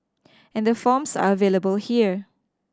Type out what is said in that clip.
and the forms are available here